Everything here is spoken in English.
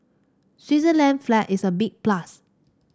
Switzerland flag is a big plus